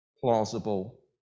plausible